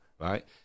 right